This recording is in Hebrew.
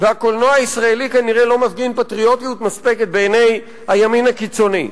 והקולנוע הישראלי כנראה לא מפגין פטריוטיות מספקת בעיני הימין הקיצוני.